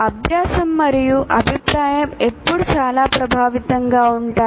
అభ్యాసం మరియు అభిప్రాయం ఎప్పుడు చాలా ప్రభావవంతంగా ఉంటాయి